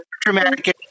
dramatic